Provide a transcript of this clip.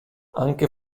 anche